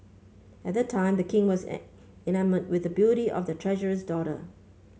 at that time the king was an enamoured with the beauty of the treasurer's daughter